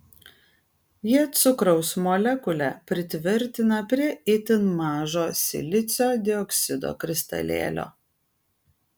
jie cukraus molekulę pritvirtina prie itin mažo silicio dioksido kristalėlio